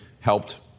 helped